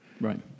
right